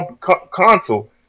console